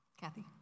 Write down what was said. Kathy